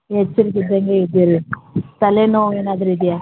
ಎಚ್ಚರಿಕೆ ಇದ್ದಂಗೆ ಇದ್ದೀರಿ ತಲೆನೋವು ಏನಾದರೂ ಇದೆಯಾ